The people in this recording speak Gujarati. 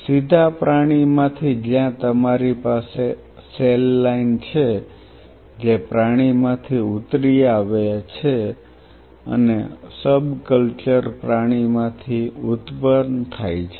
સીધા પ્રાણીમાંથી જ્યાં તમારી પાસે સેલ લાઇન છે જે પ્રાણીમાંથી ઉતરી આવી છે અને સબકલચર પ્રાણીમાંથી ઉત્પન્ન થાય છે